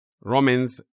Romans